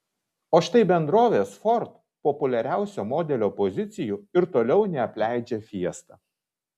o štai bendrovės ford populiariausio modelio pozicijų ir toliau neapleidžia fiesta